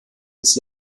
des